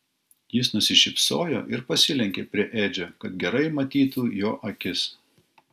jis nusišypsojo ir pasilenkė prie edžio kad gerai matytų jo akis